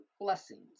blessings